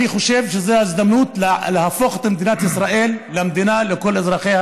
אני חושב שזו ההזדמנות להפוך את מדינת ישראל למדינה לכל אזרחיה,